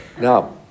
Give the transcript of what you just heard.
Now